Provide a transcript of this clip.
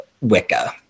Wicca